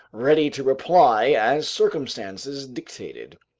ready to reply as circumstances dictated.